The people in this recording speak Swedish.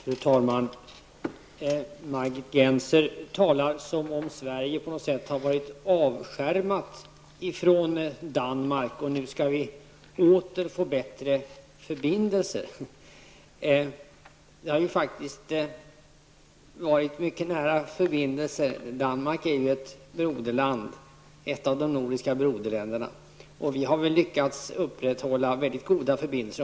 Fru talman! Margit Gennser talar på ett sätt som om Sverige hade varit avskärmat från Danmark, men nu skall förbindelserna återigen bli bättre. Förbindelserna har faktiskt varit mycket nära. Danmark är ju ett av våra nordiska broderländer. Sverige och Danmark har lyckats att upprätthålla väldigt goda förbindelser.